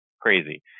crazy